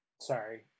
sorry